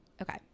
Okay